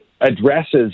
addresses